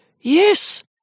yes